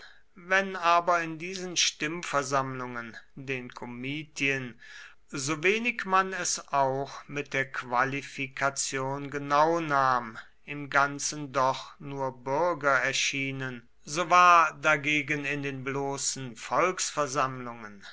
wenn aber in diesen stimmversammlungen den komitien sowenig man es auch mit der qualifikation genau nahm im ganzen doch nur bürger erschienen so war dagegen in den bloßen volksversammlungen